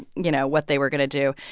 you know, what they were going to do.